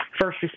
first